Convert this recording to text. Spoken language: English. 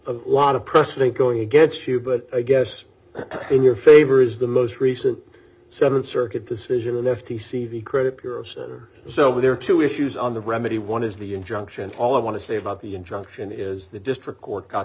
a lot of precedent going against you but i guess in your favor is the most recent seven circuit decision an f t c v credit bureau set or so where there are two issues on the remedy one is the injunction all i want to say about the injunction is the district court got